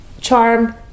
charm